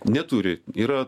neturi yra